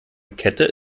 kette